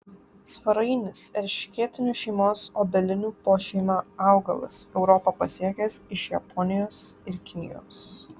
svarainis erškėtinių šeimos obelinių pošeimio augalas europą pasiekęs iš japonijos ir kinijos